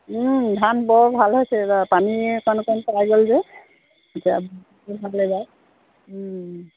ধান বৰ ভাল হৈছে এইবাৰ পানী অকণমান অকণমান পেলাই গ'ল যে এতিয়া